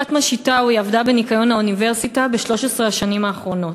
פאטמה שיתאווי עבדה בניקיון האוניברסיטה ב-13 השנים האחרונות.